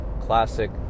classic